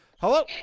hello